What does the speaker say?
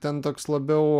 ten toks labiau